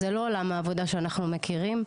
זה לא עולם העבודה שאנחנו מכירים,